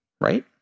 right